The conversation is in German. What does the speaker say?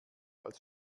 als